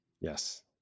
Yes